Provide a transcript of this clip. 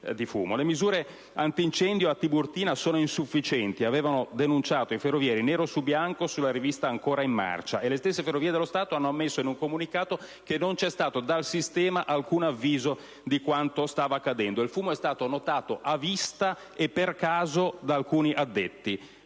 «Le misure antincendio a Tiburtina sono insufficienti» avevano denunciato i ferrovieri, nero su bianco, sulla rivista «Ancora in marcia». E le stesse Ferrovie dello Stato hanno ammesso in un comunicato che non c'è stato dal sistema alcun avviso di quanto stava accadendo. Il fumo è stato notato a vista, e per caso, da alcuni addetti